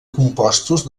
compostos